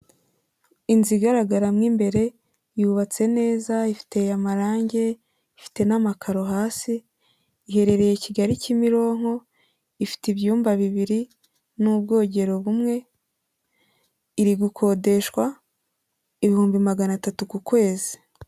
Inzu igaragara mo imbere, yubatse neza, iteye amarange, ifite n'amakaro hasi, iherereye Kigali, Kimironko, ifite ibyumba bibiri n'ubwogero bumwe, iri gukodeshwa ibihumbi magana atatu ku kwezi.